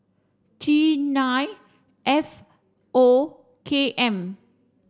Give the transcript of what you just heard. T nine F O K M